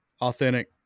authentic